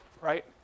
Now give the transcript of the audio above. right